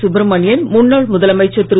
சுப்ரமணியன் முன்னாள் முதலமைச்சர் திரு